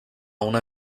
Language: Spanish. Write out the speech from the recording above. una